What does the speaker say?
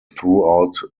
throughout